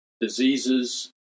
diseases